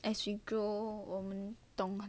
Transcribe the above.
as we grow 我们懂吗